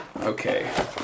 Okay